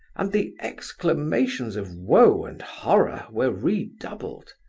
and the exclamations of woe and horror were redoubled.